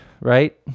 right